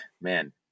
man